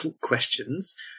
questions